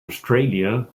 australia